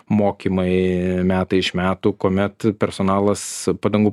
mokymai metai iš metų kuomet personalas padangų